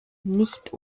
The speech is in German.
nicht